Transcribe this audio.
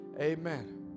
amen